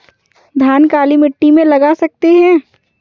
धान काली मिट्टी में लगा सकते हैं?